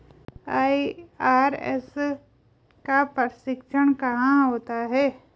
IRS का प्रशिक्षण कहाँ होता है?